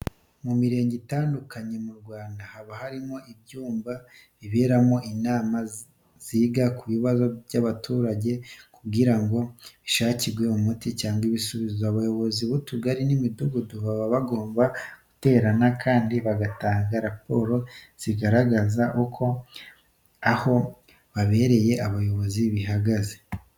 Mu mirenge itandukanye mu Rwanda haba harimo ibyumba biberamo inama ziga ku bibazo by'abaturage kugira ngo bishakirwe umuti cyangwa ibisubizo. Abayobozi b'utugari n'imidugudu baba bagomba guterana kandi bagatanga na raporo zigaragaza uko aho babereye abayobozi bihagaze.